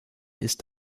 ist